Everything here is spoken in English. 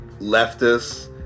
leftists